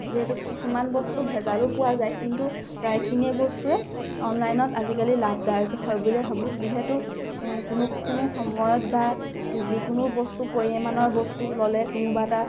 যিহেতু কিছুমান বস্তু ভেজালো পোৱা যায় কিন্তু প্ৰায়খিনিয়ে বস্তুৱে অনলাইনত আজিকালি লাভদায়ক হয় বুলিয়ে ভাবোঁ যিহেতু কোনো কোনো সময়ত বা যিকোনো বস্তু পৰিমাণৰ বস্তু ল'লে কোনোবা এটা